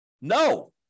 No